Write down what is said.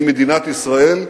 עם מדינת ישראל,